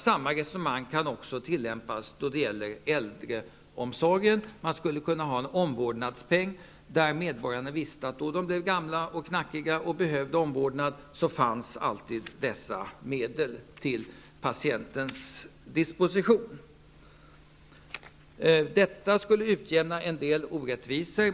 Samma resonemang kan tillämpas då det gäller äldreomsorgen. Man skulle kunna ha en omvårdnadspeng så att medborgarna visste att när de blir gamla och knackiga och behöver omvårdnad så finns alltid dessa pengar till patientens disposition. Detta skulle utjämna en del orättvisor.